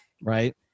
right